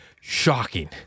shocking